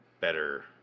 better